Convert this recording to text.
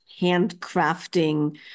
handcrafting